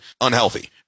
unhealthy